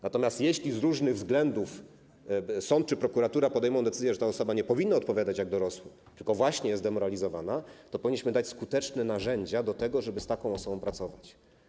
Natomiast jeśli z różnych względów sąd czy prokuratura podejmą decyzję, że ta osoba nie powinna odpowiadać jak dorosły, tylko właśnie jest zdemoralizowana, to powinniśmy dać skuteczne narzędzia do tego, żeby z taką osobą pracować.